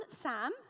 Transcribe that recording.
Sam